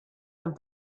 him